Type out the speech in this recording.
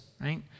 right